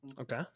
Okay